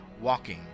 walking